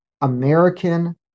American